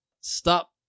stop